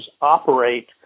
operate